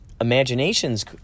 imaginations